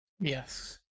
yes